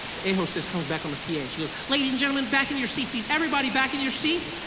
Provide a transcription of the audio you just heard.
the air hostess comes back on the p a and she goes, ladies and gentlemen, everybody back in your seats please, everybody back in your seats.